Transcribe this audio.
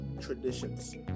traditions